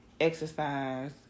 exercise